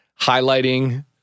highlighting